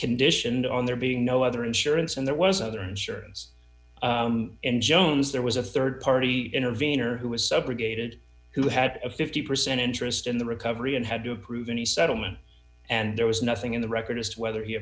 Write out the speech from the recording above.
conditioned on there being no other insurance and there was other insurance in jones there was a rd party intervener who was subrogated who had a fifty percent interest in the recovery and had to approve any settlement and there was nothing in the record just whether he